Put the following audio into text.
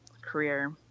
career